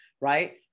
Right